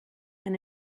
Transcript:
and